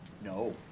No